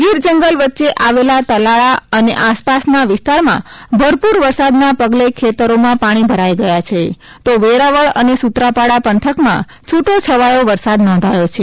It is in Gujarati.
ગીરજંગલ વચ્ચે આવેલા તાલાળા અને આસપાસના વિસ્તારમાં ભરપૂર વરસાદના પગલે ખેતરોમાં પાણી ભરાઇ ગયા છે તો વેરાવળ અને સુત્રાપાડા પંથકમાં છૂટોછવાયો વરસાદ નોંધાયો છે